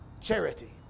Charity